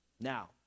Now